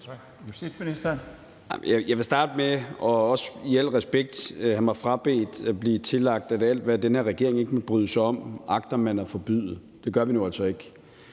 med i al respekt at sige, at jeg vil have mig frabedt at blive tillagt, at alt, hvad den her regering ikke måtte bryde sig om, agter man at forbyde. Det gør vi nu altså ikke.